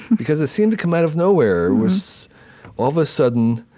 because it seemed to come out of nowhere. it was all of a sudden,